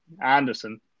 Anderson